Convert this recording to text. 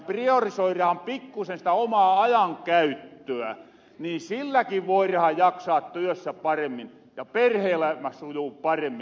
priorisoiraan pikkusen sitä omaa ajankäyttöä niin silläkin voirahan jaksaa työssä paremmin ja perhe elämä sujuu paremmin